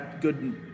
good –